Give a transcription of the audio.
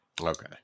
Okay